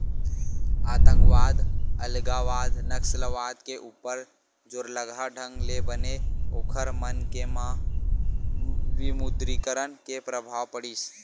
आंतकवाद, अलगावाद, नक्सलवाद के ऊपर जोरलगहा ढंग ले बने ओखर मन के म विमुद्रीकरन के परभाव पड़िस